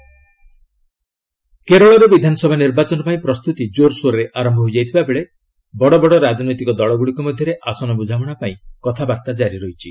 କେରଳ ଆଲାଏନ୍ନ କେରଳରେ ବିଧାନସଭା ନିର୍ବାଚନ ପାଇଁ ପ୍ରସ୍ତୁତି ଜୋରସୋରରେ ଆରମ୍ଭ ହୋଇଯାଇଥିବା ବେଳେ ବଡ଼ବଡ଼ ରାଜନୈତିକ ଦଳଗୁଡ଼ିକ ମଧ୍ୟରେ ଆସନ ବୁଝାମଣା ପାଇଁ କଥାବାର୍ତ୍ତା କାରି ରହିଛି